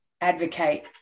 advocate